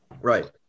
Right